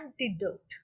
antidote